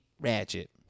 ratchet